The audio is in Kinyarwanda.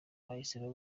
bahisemo